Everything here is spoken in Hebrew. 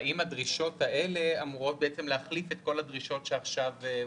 והאם הדרישות האלה אמורות להחליף את כל הדרישות שעכשיו הוקראו?